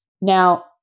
Now